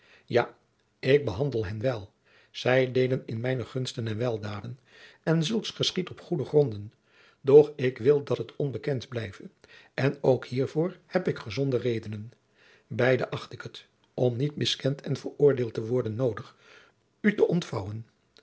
ja ik behandel hen wel zij deelen in mijne gunsten en weldaden en zulks geschiedt op goede gronden doch ik wil dat het onbekend blijve en ook hiervoor heb ik gezonde redenen beide acht ik het om niet miskend en veroordeeld te worden noodig u te ontvouwen